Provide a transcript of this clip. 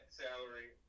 salary